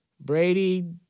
Brady